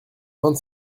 vingt